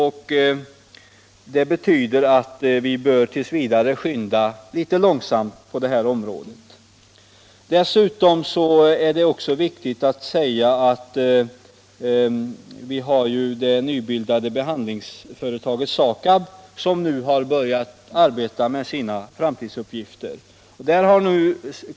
Det betyder att vi t. v. bör skynda långsamt på detta Det rekonstruerade behandlingsföretaget SAKAB har nu börjat arbeta med sina framtidsuppgifter.